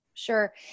Sure